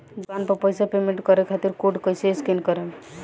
दूकान पर पैसा पेमेंट करे खातिर कोड कैसे स्कैन करेम?